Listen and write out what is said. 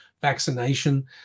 vaccination